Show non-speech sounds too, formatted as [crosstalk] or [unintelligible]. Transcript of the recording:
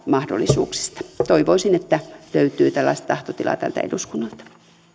[unintelligible] mahdollisuuksista toivoisin että löytyy tällaista tahtotilaa tältä eduskunnalta